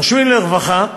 "נושמים לרווחה"